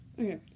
Okay